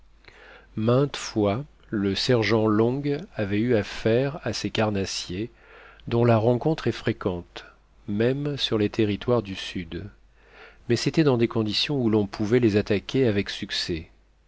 maintes fois le sergent long avait eu affaire à ces carnassiers dont la rencontre est fréquente même sur les territoires du sud mais c'était dans des conditions où l'on pouvait les attaquer avec succès